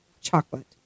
Chocolate